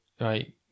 right